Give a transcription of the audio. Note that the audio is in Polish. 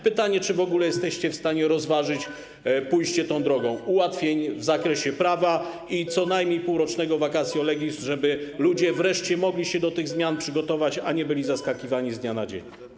Pytanie, czy w ogóle jesteście w stanie rozważyć pójście drogą ułatwień w zakresie prawa i co najmniej półrocznego vacatio legis, żeby ludzie wreszcie mogli się do tych zmian przygotować, a nie byli zaskakiwani z dnia na dzień.